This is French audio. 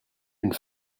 une